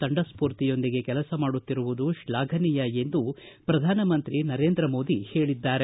ತಂಡಸ್ಫೂರ್ತಿಯೊಂದಿಗೆ ಕೆಲಸ ಮಾಡುತ್ತಿರುವುದು ಶ್ಲಾಫನೀಯ ಎಂದು ಪ್ರಧಾನ ಮಂತ್ರಿ ನರೇಂದ್ರ ಮೋದಿ ಹೇಳಿದ್ದಾರೆ